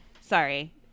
Sorry